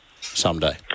someday